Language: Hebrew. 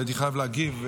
אבל הייתי חייב להגיב.